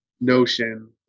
notion